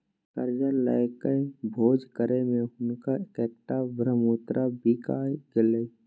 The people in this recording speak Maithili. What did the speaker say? करजा लकए भोज करय मे हुनक कैकटा ब्रहमोत्तर बिका गेलै